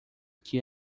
que